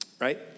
right